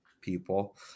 People